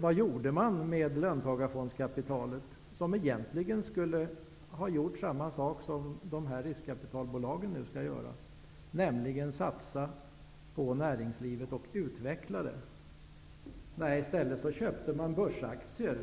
Vad gjorde man med löntagarfondskapitalet, som egentligen skulle ha gjort samma sak som riskkapitalbolagen nu skall göra, nämligen satsa på näringslivet och utveckla det? Jo, i stället köpte man börsaktier